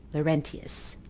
laurentius